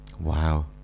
Wow